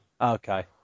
Okay